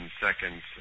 seconds